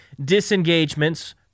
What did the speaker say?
disengagements